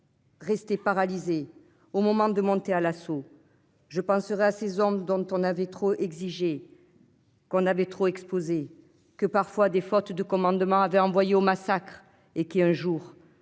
Resté paralysé au moment de monter à l'assaut. Je penserai à ces hommes dont on avait trop exigé. Qu'on avait trop exposés que parfois des fautes de commandement avaient envoyé au massacre et qui un jour